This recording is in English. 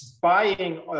buying